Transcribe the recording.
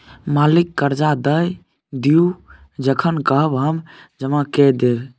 मालिक करजा दए दिअ जखन कहब हम जमा कए देब